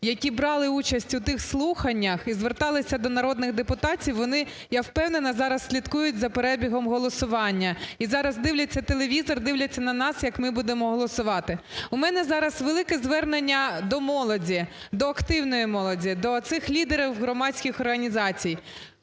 які брали участь у тих слуханнях і зверталися до народних депутатів. Вони, я впевнена, зараз слідкують за перебігом голосування, і зараз дивляться телевізор, дивляться на нас, як ми будемо голосувати. У мене зараз велике звернення до молоді, до активної молоді, до цих лідерів громадських організацій.